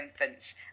infants